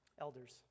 elders